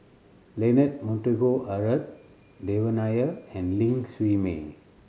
Leonard Montague Harrod Devan Nair and Ling Siew May